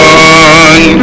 one